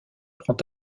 prend